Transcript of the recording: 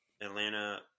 Atlanta